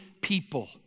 people